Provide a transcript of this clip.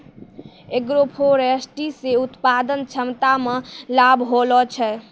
agroforestry से उत्पादन क्षमता मे लाभ होलो छै